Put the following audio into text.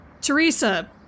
Teresa